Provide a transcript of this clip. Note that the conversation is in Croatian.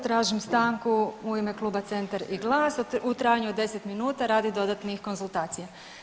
Tražim stanku u ime Kluba Centar i GLAS u trajanju od 10 minuta radi dodatnih konzultacija.